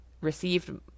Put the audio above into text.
received